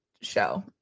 show